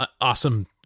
awesome